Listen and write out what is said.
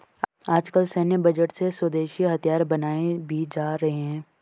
आजकल सैन्य बजट से स्वदेशी हथियार बनाये भी जा रहे हैं